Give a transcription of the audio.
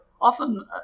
often